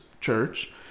church